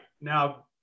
Now